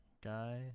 guy